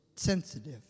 sensitive